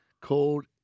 called